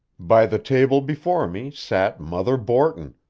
by the table before me sat mother borton,